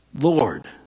Lord